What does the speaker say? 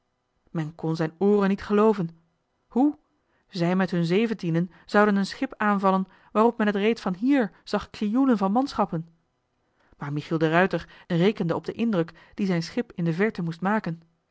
men kon zijn ooren niet gelooven hoe zij met hun zeventienen zouden een schip aanvallen waarop men t reeds van hier zag krioelen van manschappen maar michiel de ruijter rekende op den indruk dien zijn schip in de verte moest maken